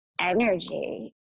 energy